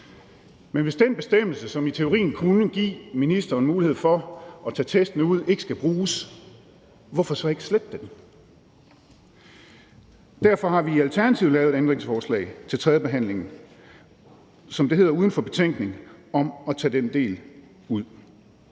Men hvis den bestemmelse, som i teorien kunne give ministeren mulighed for at tage testen ud, ikke skal bruges, hvorfor så ikke slette den? Derfor har vi i Alternativet lavet et ændringsforslag til tredjebehandlingen, uden for betænkning, som det hedder, om at tage den del ud.